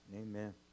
Amen